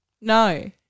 No